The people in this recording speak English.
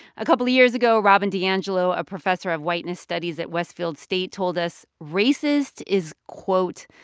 a couple of years ago, robin diangelo, a professor of whiteness studies at westfield state, told us racist is, quote,